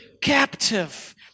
captive